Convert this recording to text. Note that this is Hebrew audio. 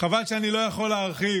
חבל שאני לא יכול להרחיב,